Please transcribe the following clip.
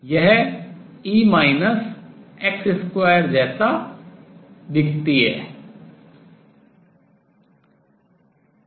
यह e 2जैसा दिखता है